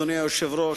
אדוני היושב-ראש,